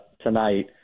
tonight